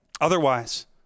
Otherwise